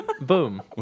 Boom